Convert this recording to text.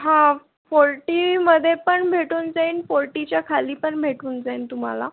हा फोर्टीमध्ये पण भेटून जाइन फोर्टीच्या खाली पण भेटून जाइन तुम्हाला